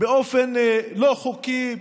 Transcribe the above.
באופן לא חוקי,